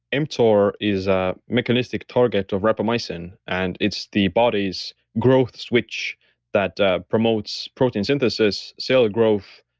mtor is a mechanistic target of rapamycin, and it's the body's growth switch that promotes protein synthesis, cell ah growth,